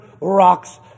rocks